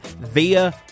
via